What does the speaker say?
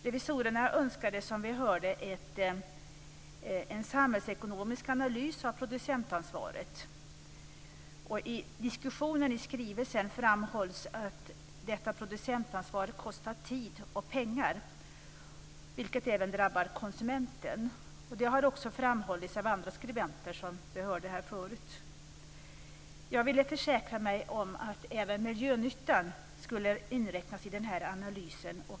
Revisorerna önskar en samhällsekonomisk analys av producentansvaret. I diskussionen i skrivelsen framhålls att detta producentansvar kostar tid och pengar, vilket även drabbar konsumenten. Det har också framhållits av andra skribenter. Jag ville försäkra mig om att även miljönyttan skulle inräknas i analysen.